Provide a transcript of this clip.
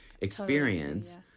experience